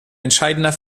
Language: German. entscheidender